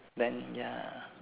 then ya